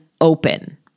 open